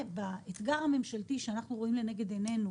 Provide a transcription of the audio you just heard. בתוך האתגר הממשלתי שאנחנו רואים לנגד עינינו